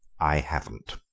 i haven't.